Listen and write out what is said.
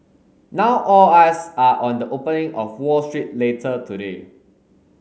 now all eyes are on the opening of Wall Street later today